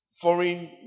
foreign